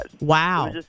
Wow